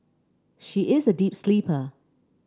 she is a deep sleeper